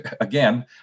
again